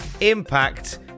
impact